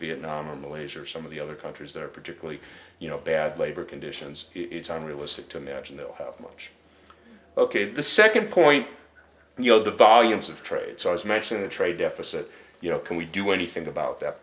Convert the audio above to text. vietnam or malaysia or some of the other countries there particularly you know bad labor conditions it's unrealistic to imagine they'll have much ok the second point and you know the volumes of trade so i was mentioning the trade deficit you know can we do anything about that